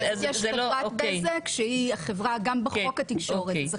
יש חברת בזק שהיא גם החברה בחוק התקשורת.